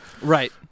Right